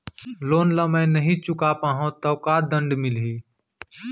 Loan ला मैं नही चुका पाहव त का दण्ड मिलही?